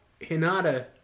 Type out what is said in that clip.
Hinata